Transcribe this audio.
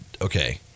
okay